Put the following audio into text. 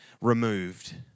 removed